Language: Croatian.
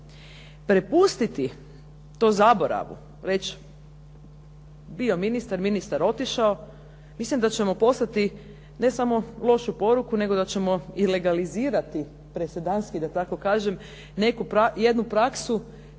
Prepustiti to zaboravu već, bio ministar, ministar otišao. Mislim da ćemo poslati ne samo lošu poruku, nego da ćemo i legalizirati presedanski, da tako kažem, jednu praksu